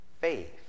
faith